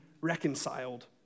reconciled